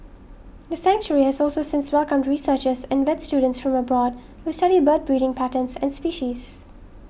the sanctuary has also since welcomed researchers and vet students from abroad who study bird breeding patterns and species